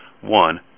One